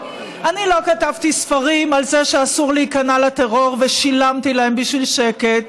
אני לא כתבתי ספרים על זה שאסור להיכנע לטרור ושילמתי להם בשביל שקט,